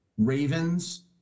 Ravens